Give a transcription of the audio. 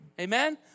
amen